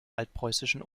altpreußischen